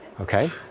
Okay